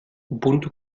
ubuntu